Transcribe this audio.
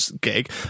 gig